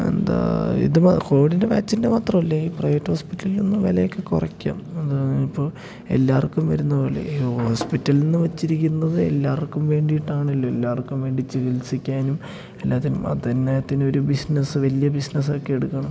എന്താ ഇത് വാ കോവിഡിൻ്റെ വാക്സിൻ്റെ മാത്രല്ലേ ഈ പ്രൈവറ്റ് ഹോസ്പിറ്റൽലൊന്ന് വില ഒക്കെ കുറയ്ക്കാം അത് ഇപ്പോൾ എല്ലാവർക്കും വരുന്നത് പോലെ ഈ ഹോസ്പിറ്റൽന്ന് വെച്ചിരിക്കുന്നത് എല്ലാവർക്കും വേണ്ടീട്ടാണല്ലോ എല്ലാവർക്കും വേണ്ടി ചികിത്സിക്കാനും എല്ലാത്തിനും അതിന്നാത്തിനൊരു ബിസ്നസ്സ് വലിയ ബിസ്നസാക്കിയെട്ക്കണം